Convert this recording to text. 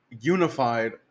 unified